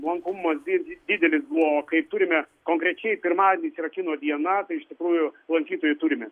lankomumas did didelis buvo kai turime konkrečiai pirmadienis yra kino diena tai iš tikrųjų lankytojų turime